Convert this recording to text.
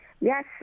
yes